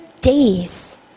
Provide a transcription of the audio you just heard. days